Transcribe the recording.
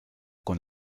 con